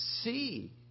see